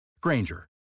Granger